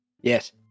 Yes